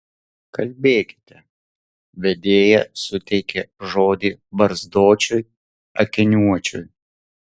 kalbėkite vedėja suteikė žodį barzdočiui akiniuočiui